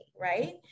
right